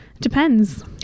Depends